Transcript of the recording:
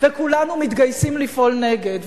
וכולנו מתגייסים לפעול נגד.